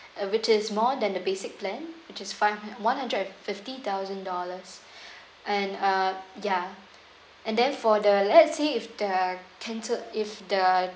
uh which is more than the basic plan which is five one hundred and fifty thousand dollars and uh yeah and then for the let's say if the cancel if the